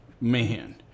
man